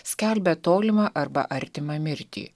skelbia tolimą arba artimą mirtį